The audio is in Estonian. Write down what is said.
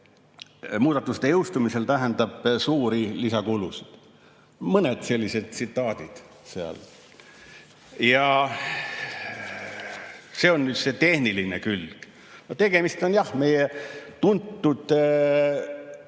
muudatuste jõustumisel suuri lisakulusid. Mõned sellised tsitaadid seal on. Ja see on nüüd see tehniline külg. Tegemist on jah meile tuntud